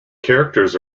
characters